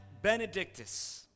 Benedictus